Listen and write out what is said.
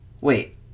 Wait